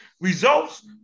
results